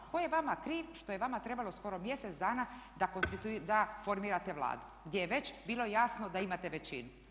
Tko je vama kriv što je vama trebalo skoro mjesec dana formirate Vladu, gdje je već bilo jasno da imate većinu.